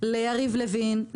ליריב לוין,